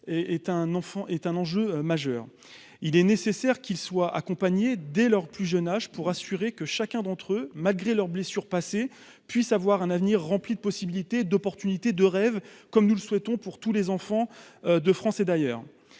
est un enjeu majeur, il est nécessaire qu'ils soient accompagnés dès leur plus jeune âge, pour assurer que chacun d'entre eux malgré leurs blessures passées puissent avoir un avenir rempli de possibilités d'opportunités de rêve, comme nous le souhaitons pour tous les enfants de France et d'ailleurs